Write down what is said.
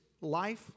life